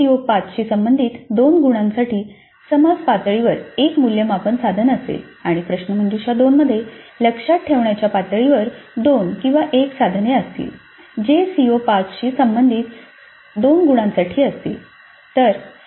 त्याच सीओ 5 शी संबंधित 2 गुणांसाठी समजा पातळीवर एक मूल्यमापन साधन असेल आणि प्रश्नमंजुषा 2 मध्ये लक्षात ठेवणे पातळीवर 2 किंवा 1 साधने असतील जे सीओ 5 शी संबंधित 2 गुणांसाठी असतील